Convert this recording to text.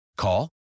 Call